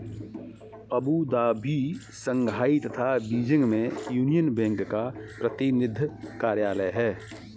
Abu Dhabi, Shanghai तथा Beijing में Union Bank का प्रतिनिधि कार्यालय है?